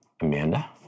Amanda